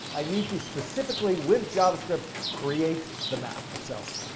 i need to specifically, with javascript, create the map itself.